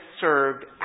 served